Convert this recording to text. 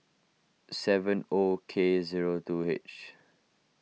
seven O K zero two H